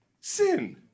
sin